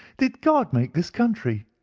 did god make this country?